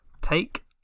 Take